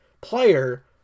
player